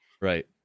Right